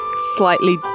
slightly